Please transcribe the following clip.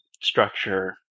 structure